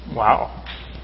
Wow